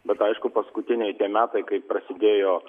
bet aišku paskutiniai tie metai kai prasidėjo